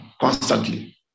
constantly